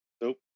Nope